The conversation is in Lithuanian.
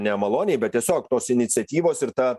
nemaloniai bet tiesiog tos iniciatyvos ir ta